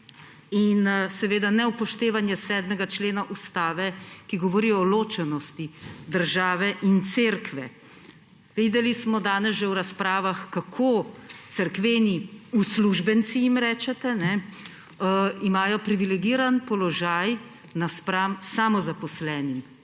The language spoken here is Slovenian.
in seveda neupoštevanje 7. člena Ustave, ki govori o ločenosti države in Cerkve. Videli smo danes že v razpravah, kako – cerkveni uslužbenci jim rečete – imajo privilegiran položaj napram samozaposlenim.